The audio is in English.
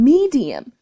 Medium